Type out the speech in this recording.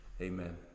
Amen